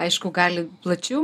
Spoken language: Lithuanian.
aišku gali plačiau